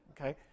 Okay